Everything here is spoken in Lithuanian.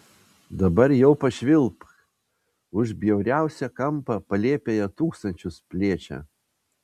dabar jau pašvilpk už bjauriausią kampą palėpėje tūkstančius plėšia